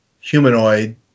humanoid